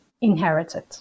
inherited